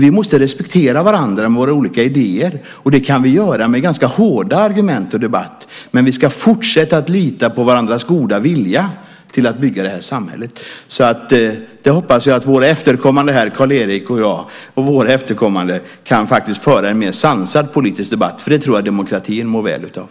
Vi måste respektera varandra med våra olika idéer. Det kan vi göra med ganska hårda argument och debatt. Men vi ska fortsätta att lita på varandras goda vilja att bygga det här samhället. Jag hoppas att våra efterkommande här, efter Carl-Erik och mig, kan föra en mer sansad politisk debatt. Det tror jag att demokratin mår väl av.